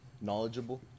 knowledgeable